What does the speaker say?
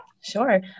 Sure